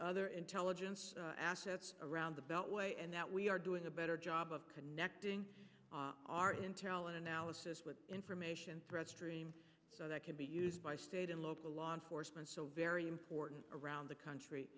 other intelligence assets around the beltway and that we are doing a better job of connecting our internal analysis with information threat stream so that can be used by state and local law enforcement so very important around the country